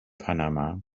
panama